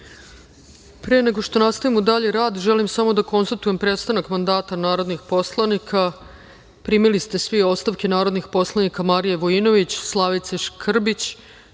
nego što nastavimo dalji rad, želim samo da konstatujem prestanak mandata narodnih poslanika. Primili ste svi ostavke narodnih poslanika Marije Vojinović, Slavice Škrbić,